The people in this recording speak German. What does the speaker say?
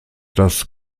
das